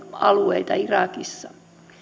alueita irakissa